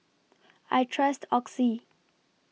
I Trust Oxy